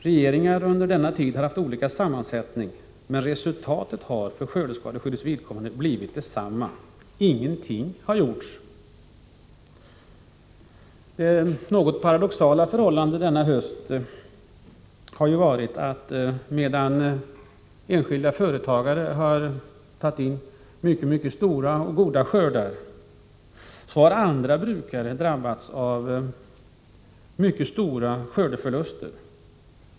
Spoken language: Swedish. Regeringarna har under denna tid haft olika sammansättning, men resultatet har för skördeskadeskyddets vidkommande blivit detsamma — ingenting har gjorts. Det något paradoxala förhållandet denna höst har varit att enskilda företagare har tagit in mycket stora och goda skördar samtidigt som andra brukare har drabbats av mycket stora skördeförluster.